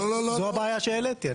זו הבעיה שהעליתי.